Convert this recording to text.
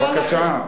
מה קרה?